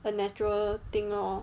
a natural thing lor